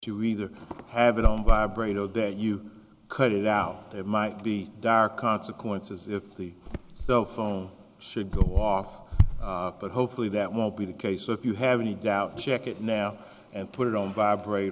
you either have it on vibrate oh that you cut it out it might be dire consequences if the cell phone should go off but hopefully that won't be the case if you have any doubt check it now and put it on vibrate